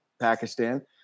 Pakistan